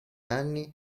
anni